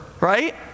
right